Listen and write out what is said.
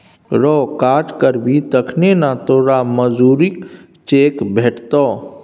रौ काज करबही तखने न तोरो मजुरीक चेक भेटतौ